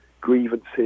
grievances